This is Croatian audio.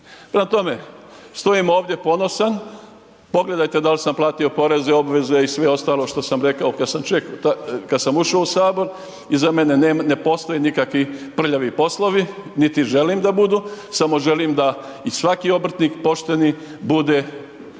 Prema tome, stojim ovdje ponosan, pogledajte da li sam platio poreze, obveze i sve ostalo što sam rekao kao sam ušao u Sabor, iza mene ne postoje nikakvi prljavi poslovi niti želim da budu, samo želim da i svaki obrtnik pošteni bude